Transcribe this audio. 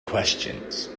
questions